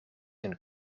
een